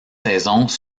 saisons